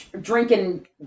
drinking